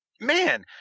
man